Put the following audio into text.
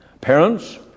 parents